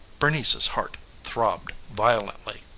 bernice's heart throbbed violently.